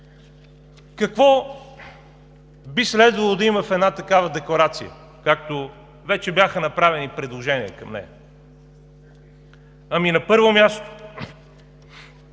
Какво би следвало да има в една такава декларация, както вече бяха направени предложения към нея? На първо място,